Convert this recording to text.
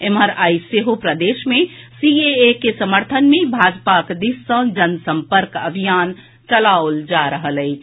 एम्हर आई सेहो प्रदेश मे सीएए के समर्थन मे भाजपाक दिस सँ जनसम्पर्क अभियान चलाओल जा रहल अछि